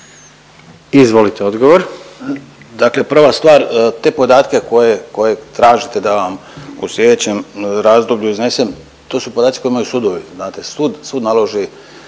Ivan** Dakle prva stvar, te podatke koje, koje tražite da vam u slijedećem razdoblju iznesem to su podaci koje imaju sudovi znate, sud, sud naloži